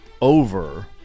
over